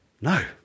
no